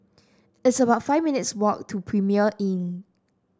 it's about five minutes' walk to Premier Inn